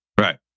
Right